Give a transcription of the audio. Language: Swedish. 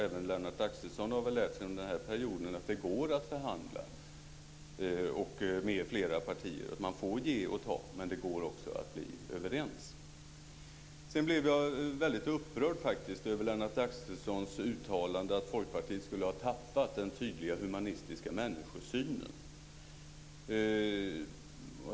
Även Lennart Axelsson har väl under den här perioden lärt sig att det går att förhandla med flera partier. Man får ge och ta, men det går också att bli överens. Jag blev väldigt upprörd över Lennart Axelssons uttalande att Folkpartiet skulle ha tappat den tydliga humanistiska människosynen.